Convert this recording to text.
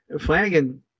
flanagan